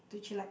to chillax